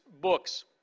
books